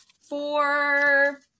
four